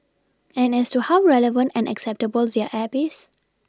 and as to how relevant and acceptable their app is